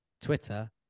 Twitter